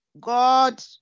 God